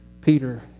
Peter